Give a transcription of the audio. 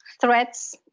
threats